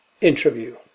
interview